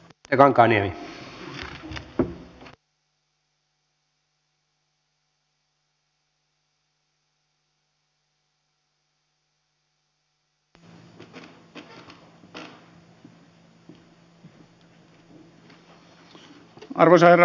arvoisa herra puhemies